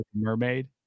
Mermaid